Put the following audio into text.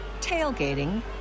tailgating